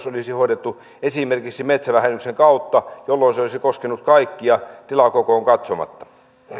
olisi hoidettu esimerkiksi metsävähennyksen kautta jolloin se olisi koskenut kaikkia tilakokoon katsomatta